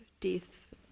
death